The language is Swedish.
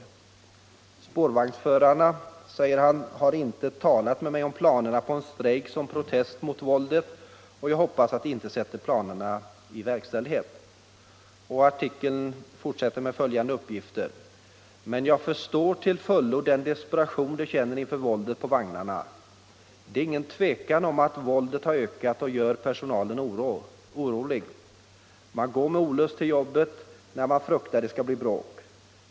Han säger: ”Spårvagnsförarna har inte talat med mig om planerna på en strejk som protest mot våldet och jag hoppas att de inte sätter planerna i verkställighet.” Artikeln fortsätter med följande uppgifter: ”Men jag förstår till fullo den desperation de känner inför våldet på vagnarna. Det är ingen tvekan om att våldet har ökat och det gör personalen orolig. Man går med olust till arbetet när man fruktar att det kan bli bråk.